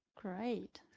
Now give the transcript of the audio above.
Great